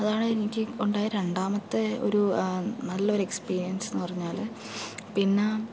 അതാണ് എനിക്ക് ഉണ്ടായ രണ്ടാമത്തെ ഒരു നല്ലൊരു എക്സ്പീരിയൻസ്ന്ന് പറഞ്ഞാല് പിന്നെ